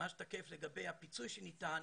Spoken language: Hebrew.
מה שתקף לגבי הפיצוי שניתן,